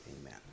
Amen